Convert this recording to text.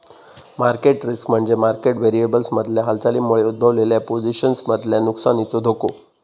market risk म्हणजे market व्हेरिएबल्समधल्या हालचालींमुळे उद्भवलेल्या पोझिशन्समधल्या नुकसानीचो धोको